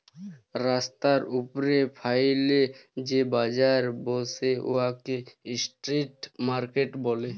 রাস্তার উপ্রে ফ্যাইলে যে বাজার ব্যসে উয়াকে ইস্ট্রিট মার্কেট ব্যলে